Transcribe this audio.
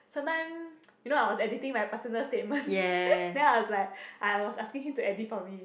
sometime you know I was editing my personal statement then I was like I was asking him to edit for me